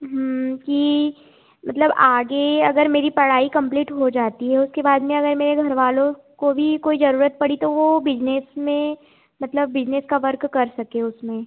कि मतलब आगे अगर मेरी पढ़ाई कंप्लीट हो जाती है उसके बाद में अगर मेरे घरवालों को भी कोई ज़रूरत पड़ी तो वो बिजनेस में मतलब बिजनेस का वर्क कर सकें उसमें